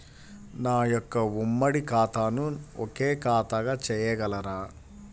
నా యొక్క ఉమ్మడి ఖాతాను ఒకే ఖాతాగా చేయగలరా?